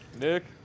Nick